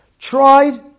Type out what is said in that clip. tried